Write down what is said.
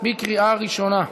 לקריאה ראשונה.